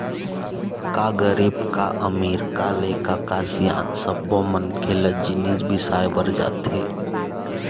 का गरीब का अमीर, का लइका का सियान सब्बो मनखे ल जिनिस बिसाए बर जाथे